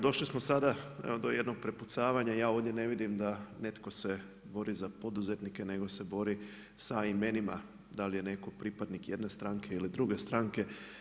Došli smo sada do jednog prepucavanja, ja ovdje ne vidim da netko se bori za poduzetnike, nego se bori sa imenima, da li je netko pripadnik jedne stranke ili druge stranke.